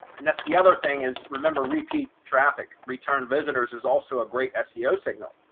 and that's the other thing is remember repeat traffic return visitors is also a great seo signal.